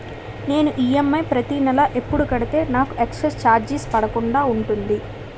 నేను ఈ.ఎం.ఐ ప్రతి నెల ఎపుడు కడితే నాకు ఎక్స్ స్త్ర చార్జెస్ పడకుండా ఉంటుంది?